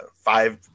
five